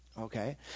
okay